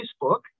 Facebook